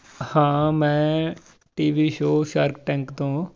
ਹਾਂ ਮੈਂ T V show Shark Tank ਤੋਂ